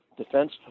Defense